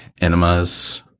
enemas